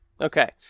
Okay